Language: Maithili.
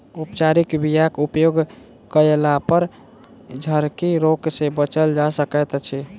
उपचारित बीयाक उपयोग कयलापर झरकी रोग सँ बचल जा सकैत अछि